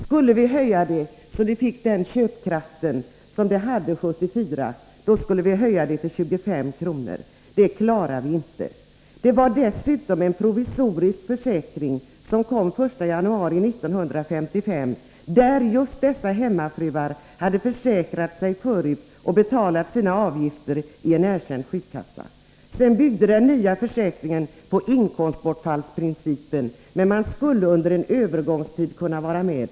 Skulle vi höja det så att det fick den köpkraft som det hade 1974, skulle vi höja det till 25 kr., men det klarar vi inte. Det var dessutom en provisorisk försäkring som kom den 1 januari 1955. Just dessa hemmafruar hade förut försäkrat sig i en erkänd sjukkassa och betalat sina avgifter till den. Den nya försäkringen byggde på inkomsbortfallsprincipen, men man skulle under en övergångstid kunna vara med.